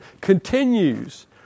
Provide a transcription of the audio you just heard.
continues